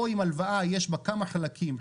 או אם הלוואה יש בה כמה חלקים,